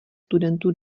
studentů